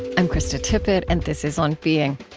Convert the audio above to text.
i'm krista tippett and this is on being.